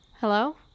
Hello